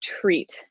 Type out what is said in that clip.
treat